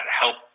help